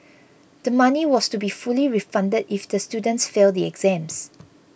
the money was to be fully refunded if the students fail the exams